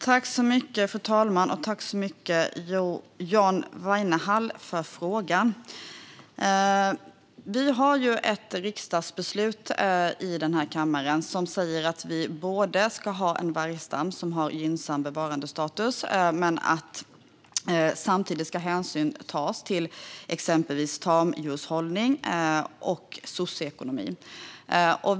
Fru talman! Tack så mycket, John Weinerhall, för frågan! Riksdagen har här i kammaren fattat ett beslut som säger att vi ska ha en vargstam med gynnsam bevarandestatus samtidigt som hänsyn ska tas till exempelvis tamdjurshållning och socioekonomi.